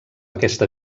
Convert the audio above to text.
aquesta